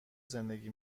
زندگی